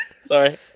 Sorry